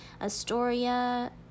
Astoria